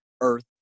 earth